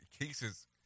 cases